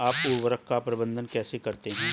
आप उर्वरक का प्रबंधन कैसे करते हैं?